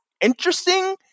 interesting